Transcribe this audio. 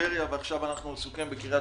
בטבריה ועכשיו אנחנו עסוקים בקריית